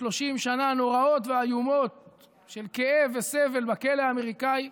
30 השנה הנוראות והאיומות של כאב וסבל בכלא האמריקאי,